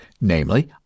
namely